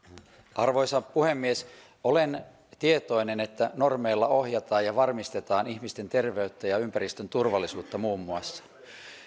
arvoisa puhemies olen tietoinen että normeilla ohjataan ja varmistetaan ihmisten terveyttä ja ympäristön turvallisuutta muun muassa